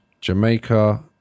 Jamaica